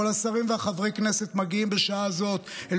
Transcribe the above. כל השרים וחברי הכנסת מגיעים בשעה הזאת אל